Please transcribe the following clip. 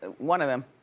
ah one of them.